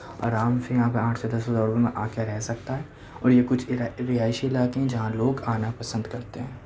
آرام سے یہاں پہ آٹھ سے دس ہزار روپئے میں آکے رہ سکتا ہے اور یہ کچھ رہائشی علاقے ہیں جہاں لوگ آنا پسند کرتے ہیں